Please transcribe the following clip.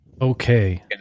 Okay